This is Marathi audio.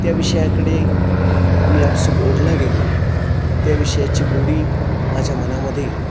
त्या विषयाकडे मी आपसूक ओढला गेलो त्या विषयाची गोडी माझ्या मनामध्ये